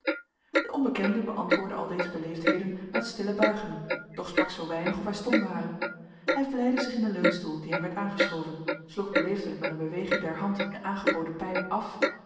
de onbekende beantwoordde al deze beleefdheden met stille buigingen doch sprak zoo weinig of hij stom ware hij vlijde zich in den leunstoel die hem werd aangeschoven sloeg beleefdelijk met een beweging der hand de aangeboden pijp af